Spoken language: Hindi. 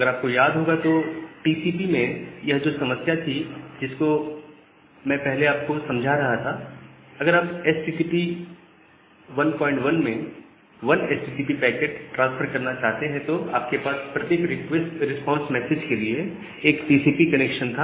अगर आपको याद होगा तो टीसीपी में यह जो समस्या थी जिसको मैं पहले आपको समझा रहा था अगर आप एचटीटीपी 11 में 1 एचटीटीपी पैकेट ट्रांसफर करना चाहते हैं तो आपके पास प्रत्येक रिक्वेस्ट रिस्पांस मैसेज के लिए एक टीसीपी कनेक्शन था